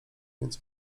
więc